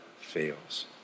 fails